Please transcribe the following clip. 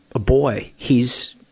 a boy. he's,